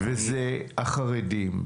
וזה החרדים,